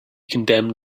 condemned